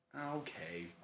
Okay